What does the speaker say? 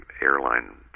airline